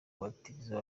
guhatiriza